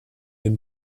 den